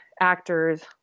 actors